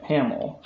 Hamill